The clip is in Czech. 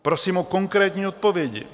Prosím o konkrétní odpovědi.